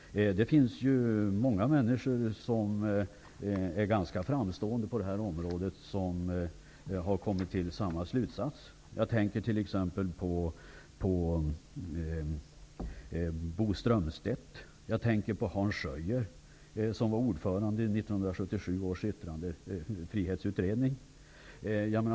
Många människor som är ganska framstående på det här området har nämligen dragit samma slutsats. Jag tänker t.ex. på Bo Strömstedt och Hans Schöier, som var ordförande i 1977 års yttrandefrihetsutredning.